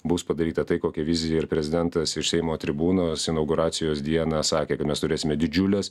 bus padaryta tai kokia vizija ir prezidentas iš seimo tribūnos inauguracijos dieną sakė kad mes turėsime didžiules